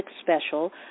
special